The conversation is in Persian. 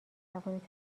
بتوانید